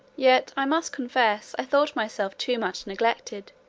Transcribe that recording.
yet i must confess i thought myself too much neglected,